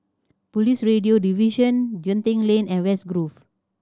Police Radio Division Genting Lane and West Grove